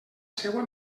seua